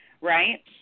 right